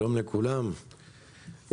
שלום לכולם,